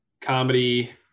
comedy